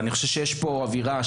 יש פה אווירה,